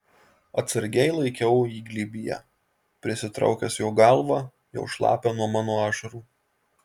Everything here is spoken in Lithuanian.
atsargiai laikiau jį glėbyje prisitraukęs jo galvą jau šlapią nuo mano ašarų